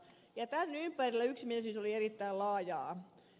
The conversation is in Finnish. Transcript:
tämän ympärillä yksimielisyys oli erittäin laajaa